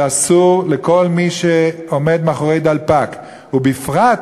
שאסור לכל מי שעומד מאחורי דלפק, ובפרט,